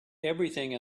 everything